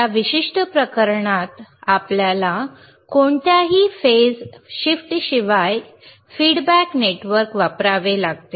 त्या विशिष्ट प्रकरणात आपल्याला कोणत्याही फेज शिफ्टशिवाय फीडबॅक नेटवर्क वापरावे लागेल